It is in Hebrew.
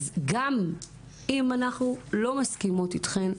אז גם אם אנחנו לא מסכימות אתכן,